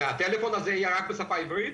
הטלפון הזה יהיה רק בשפה העברית?